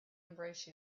embrace